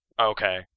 okay